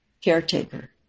caretaker